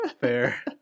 Fair